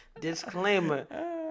Disclaimer